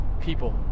people